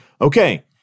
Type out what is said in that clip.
Okay